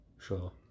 sure